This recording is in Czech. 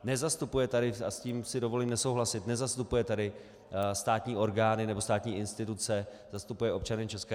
Nezastupuje tady, a s tím si dovolím nesouhlasit, nezastupuje tady státní orgány nebo státní instituce, zastupuje občany ČR.